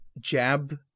jab